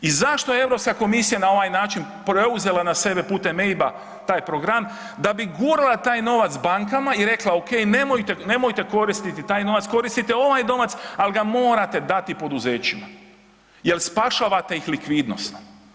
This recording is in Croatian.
I zašto je Europska komisija na ovaj način preuzela na sebe putem EIB-a taj program, da bi gurala taj novac bankama i rekla ok, nemojte koristiti taj novac, koristite ovaj novac ali ga morate dati poduzećima jer spašavate ih likvidnosti.